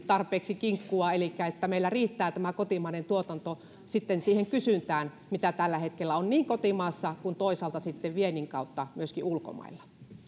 tarpeeksi kinkkua elikkä että meillä riittää kotimainen tuotanto siihen kysyntään mitä tällä hetkellä on niin kotimaassa kuin toisaalta sitten viennin kautta myöskin ulkomailla